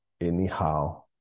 anyhow